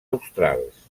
australs